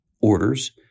orders